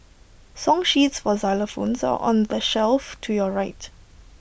song sheets for xylophones are on the shelf to your right